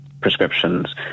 prescriptions